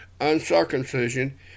uncircumcision